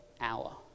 hour